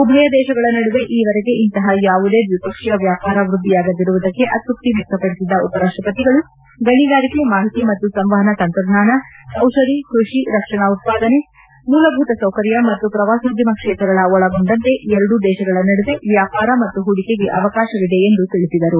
ಉಭಯ ದೇಶಗಳ ನಡುವೆ ಈವರೆಗೆ ಇಂತಹ ಯಾವುದೇ ದ್ವಿಪಕ್ಷೀಯ ವ್ಯಾಪಾರ ವೃದ್ದಿಯಾಗದಿರುವುದಕ್ಕೆ ಅತ್ಯಪ್ತಿ ವ್ಲಕ್ತಪಡಿಸಿದ ಉಪರಾಷ್ಪತಿಗಳು ಗಣಿಗಾರಿಕೆ ಮಾಹಿತಿ ಮತ್ತು ಸಂವಹನ ತಂತ್ರಜ್ಞಾನ ಔಷಧಿ ಕೃಷಿ ರಕ್ಷಣಾ ಉತ್ಪಾದನೆ ಮೂಲಭೂತ ಸೌಕರ್ಯ ಮತ್ತು ಪ್ರವಾಸೋದ್ಯಮ ಕ್ಷೇತ್ರಗಳ ಒಳಗೊಂಡಂತೆ ಎರಡೂ ದೇಶಗಳ ನಡುವೆ ವ್ಯಾಪಾರ ಮತ್ತು ಹೂಡಿಕೆಗೆ ಅವಕಾಶವಿದೆ ಎಂದು ತಿಳಿಸಿದರು